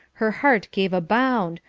her heart gave a bound,